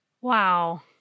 Wow